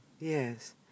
yes